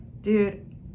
Dude